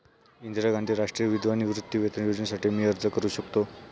इंदिरा गांधी राष्ट्रीय विधवा निवृत्तीवेतन योजनेसाठी मी अर्ज करू शकतो?